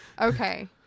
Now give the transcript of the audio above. Okay